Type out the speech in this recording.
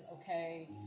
okay